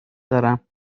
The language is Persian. دارم